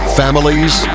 families